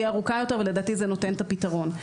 ארוכה יותר ולדעתי זה נותן את הפתרון.